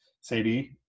Sadie